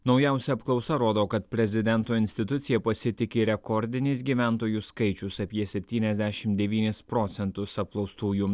naujausia apklausa rodo kad prezidento institucija pasitiki rekordinis gyventojų skaičius apie septyniasdešimt devynis procentus apklaustųjų